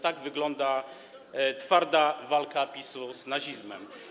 Tak wygląda twarda walka PiS-u z nazizmem.